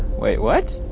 wait, what?